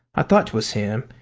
i thought twas him.